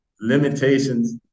limitations